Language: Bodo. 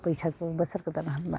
बैसागु बोसोर गोदान होबबानो